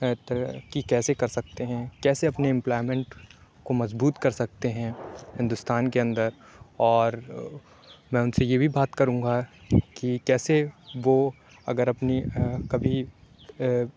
کہ کیسے کر سکتے ہیں کیسے اپنے امپلائمنٹ کو مضبوط کر سکتے ہیں ہندوستان کے اندر اور میں اُن سے یہ بھی بات کروں گا کہ کیسے وہ اگر اپنی کبھی